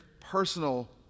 personal